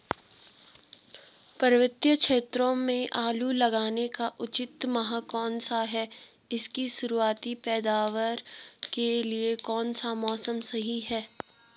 पर्वतीय क्षेत्रों में आलू लगाने का उचित माह कौन सा है इसकी शुरुआती पैदावार के लिए कौन सा मौसम सही है?